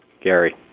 Gary